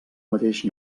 mateix